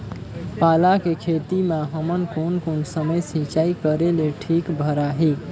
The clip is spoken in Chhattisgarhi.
पाला के खेती मां हमन कोन कोन समय सिंचाई करेले ठीक भराही?